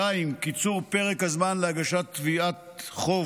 2. קיצור פרק הזמן להגשת תביעת חוב